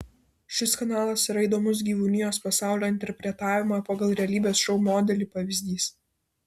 šis kanalas yra įdomus gyvūnijos pasaulio interpretavimo pagal realybės šou modelį pavyzdys